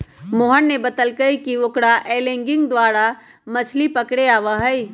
मोहन ने बतल कई कि ओकरा एंगलिंग द्वारा मछ्ली पकड़े आवा हई